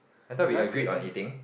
I thought we agreed on eating